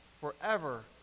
forever